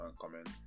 comment